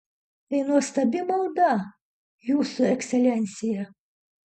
tai nuostabi malda jūsų ekscelencija